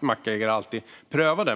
mackägare alltid pröva.